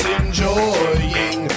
enjoying